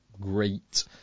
great